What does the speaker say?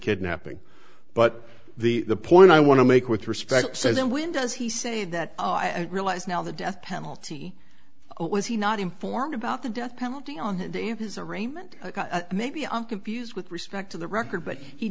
kidnapping but the point i want to make with respect so then when does he say that oh i realize now the death penalty what was he not informed about the death penalty on the at his arraignment maybe i'm confused with respect to the record but he